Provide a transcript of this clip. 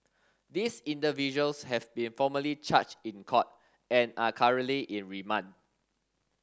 these individuals have been formally charged in court and are currently in remand